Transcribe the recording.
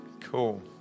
Cool